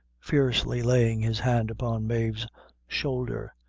fiercely, laying his hand upon mave's shoulder,